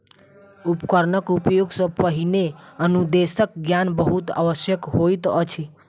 उपकरणक उपयोग सॅ पहिने अनुदेशक ज्ञान बहुत आवश्यक होइत अछि